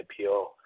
IPO